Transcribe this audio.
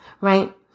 right